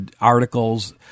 articles